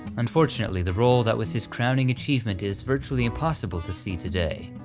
unfortunately, the role that was his crowning achievement is virtually impossible to see today.